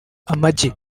amagi